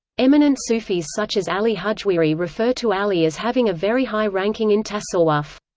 eminent sufis such as ali hujwiri refer to ali as having a very high ranking in tasawwuf.